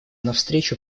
навстречу